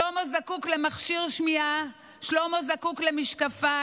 שלמה זקוק למכשיר שמיעה, שלמה זקוק למשקפיים,